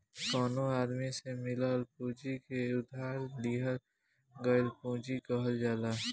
कवनो आदमी से मिलल पूंजी के उधार लिहल गईल पूंजी कहल जाला